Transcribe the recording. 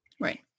right